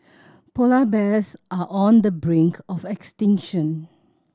polar bears are on the brink of extinction